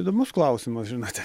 įdomus klausimas žinote